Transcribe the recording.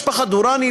משפחת דוראני,